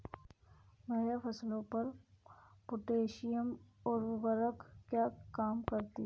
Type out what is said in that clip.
भैया फसलों पर पोटैशियम उर्वरक क्या काम करती है?